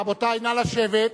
רבותי, נא לשבת.